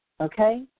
Okay